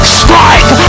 strike